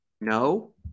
No